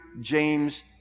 James